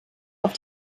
auf